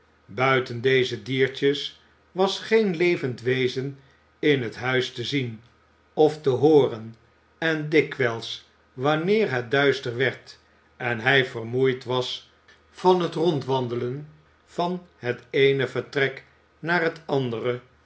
buiten deze diertjes was geen levend wezen in het huis te zien of te hooren en dikwijls wanneer het duister werd en hij vermoeid was van het rondwandelen van het eene vertrek naar het andere